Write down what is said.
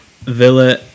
Villa